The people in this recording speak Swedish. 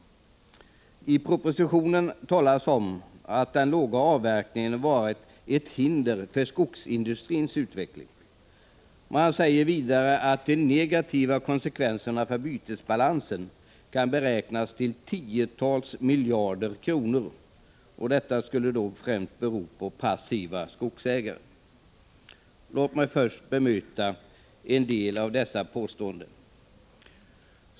I propositionen talas om att den låga avverkningen har varit ett hinder för skogsindustrins utveckling. Regeringen säger vidare att de negativa konsekvenserna för bytesbalansen kan beräknas till tiotals miljarder kronor, och detta skulle alltså främst bero på passiva skogsägare. Låt mig först bemöta en del av dessa påståenden.